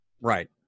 Right